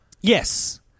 Yes